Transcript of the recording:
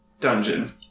dungeon